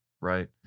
right